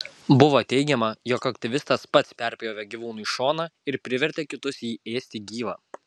buvo teigiama jog aktyvistas pats perpjovė gyvūnui šoną ir privertė kitus jį ėsti gyvą